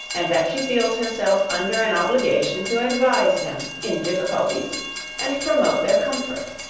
and that she feels herself under an obligation to advise them in difficulties and promote their comfort.